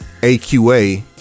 AQA